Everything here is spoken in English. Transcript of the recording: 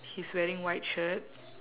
he's wearing white shirt